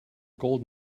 gold